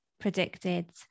predicted